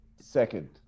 second